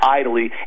idly